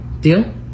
Deal